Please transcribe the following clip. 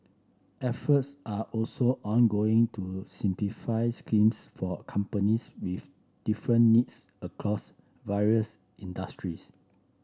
efforts are also ongoing to simplify schemes for companies with different needs across various industries